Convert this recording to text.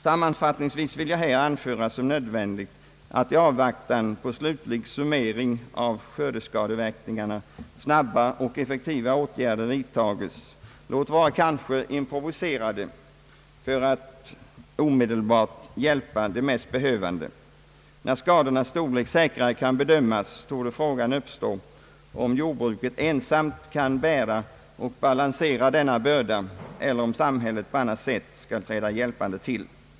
Sammanfattningsvis vill jag här anföra som nödvändigt att i avvaktan på slutlig summering av skördeskadeverkningarna snabba och effektiva åtgärder vidtages, låt vara kanske improviserade, för att omedelbart hjälpa de mest behövande. När skadornas storlek säkrare kan bedömas, torde frågan uppstå om jordbruket ensamt kan bära och balansera denna börda, eller om samhället på annat sätt skall träda hjälpande till.